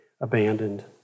abandoned